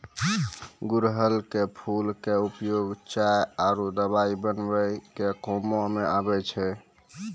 गुड़हल के फूल के उपयोग चाय आरो दवाई बनाय के कामों म आबै छै